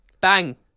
Bang